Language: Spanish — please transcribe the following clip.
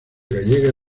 gallega